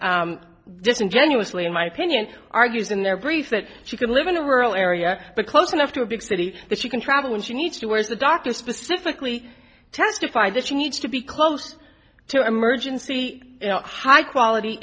somewhat disingenuously in my opinion argues in their brief that she can live in a rural area but close enough to a big city that she can travel when she needs to whereas the doctor specifically testify that she needs to be close to emergency high quality